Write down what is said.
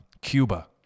Cuba